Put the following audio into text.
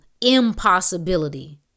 impossibility